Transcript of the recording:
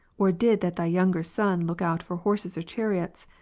or did that thy younger son look out for horses or chariots,